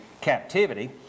captivity